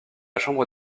chambre